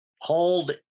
hold